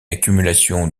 accumulation